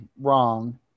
wrong